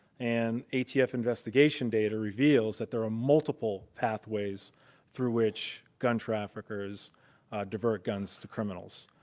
and atf investigation data reveals that there are multiple pathways through which gun traffickers divert guns to criminals,